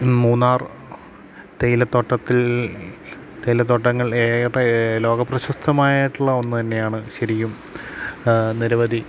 മൂന്നാർ തേയിലത്തോട്ടത്തിൽ തേയിലത്തോട്ടങ്ങൾ ഏറെ ലോകപ്രശസ്തമായിട്ടുള്ള ഒന്ന് തന്നെയാണ് ശരിക്കും നിരവധി